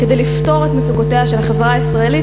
כדי לפתור את מצוקותיה של החברה הישראלית